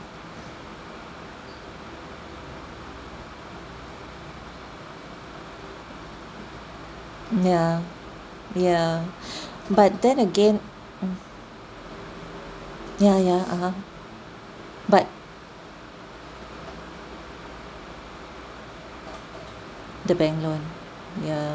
yeah yeah but then again yeah yeah (uh huh) but the bank loan yeah